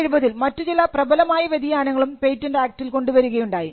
1970 ൽ മറ്റു ചില പ്രബലമായ വ്യതിയാനങ്ങളും പേറ്റന്റ് ആക്ടിൽ കൊണ്ടുവരികയുണ്ടായി